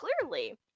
clearly